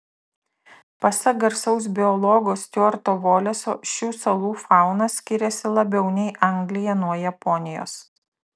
pasak garsaus biologo stiuarto voleso šių salų fauna skiriasi labiau nei anglija nuo japonijos